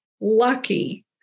lucky